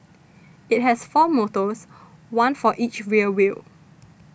it has four motors one for each rear wheel